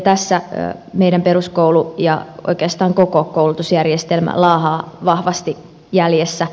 tässä meidän peruskoulumme ja oikeastaan koko koulutusjärjestelmämme laahaa vahvasti jäljessä